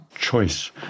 choice